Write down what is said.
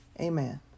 Amen